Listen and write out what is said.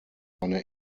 seine